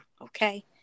okay